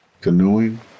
canoeing